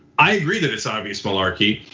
i agree that it's obvious malarkey.